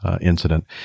incident